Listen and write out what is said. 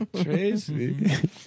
Tracy